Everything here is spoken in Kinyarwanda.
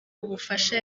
ubufasha